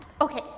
Okay